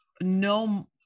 no